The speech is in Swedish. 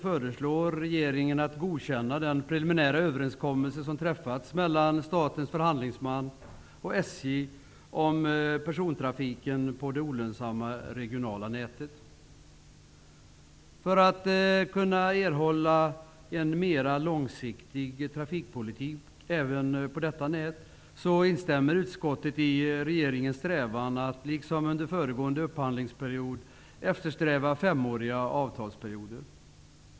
För att erhålla en mer långsiktig trafikpolitik även på detta nät instämmer utskottet i regeringens strävan att liksom under föregående upphandlingsperiod eftersträva femåriga avtalsperioder.